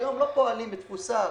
שהיום לא פועלים בתפוסה מלאה,